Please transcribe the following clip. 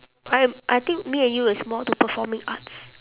I I think me and you is more to performing arts